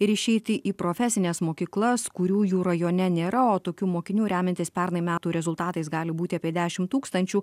ir išeiti į profesines mokyklas kurių jų rajone nėra o tokių mokinių remiantis pernai metų rezultatais gali būti apie dešimt tūkstančių